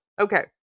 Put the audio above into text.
Okay